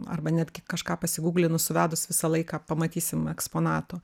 arba netgi kažką pasigūglinus suvedus visą laiką pamatysim eksponatų